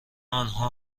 آنها